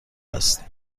است